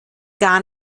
gar